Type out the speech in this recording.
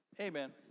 Amen